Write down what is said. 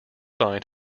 bind